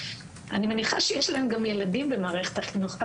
אני מניחה שיש להם גם ילדים במערכת החינוך.